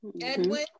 Edwin